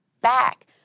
back